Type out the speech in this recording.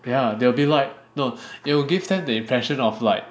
yeah they'll be like no we will give them the impression of like